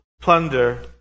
plunder